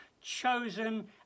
chosen